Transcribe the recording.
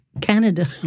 Canada